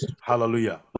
hallelujah